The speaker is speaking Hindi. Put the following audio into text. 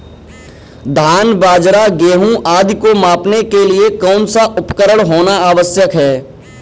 धान बाजरा गेहूँ आदि को मापने के लिए कौन सा उपकरण होना आवश्यक है?